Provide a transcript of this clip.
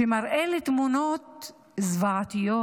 שמראה לי תמונות זוועתיות